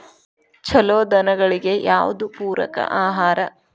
ಛಲೋ ದನಗಳಿಗೆ ಯಾವ್ದು ಪೂರಕ ಆಹಾರ?